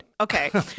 Okay